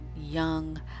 young